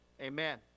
amen